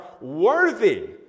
worthy